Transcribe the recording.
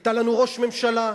היתה לנו ראש ממשלה.